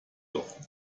doch